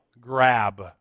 grab